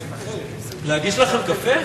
להגיש לכם קפה?